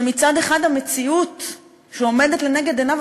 שמצד אחד המציאות שעומדת לנגד עיניו,